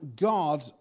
God